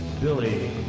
Billy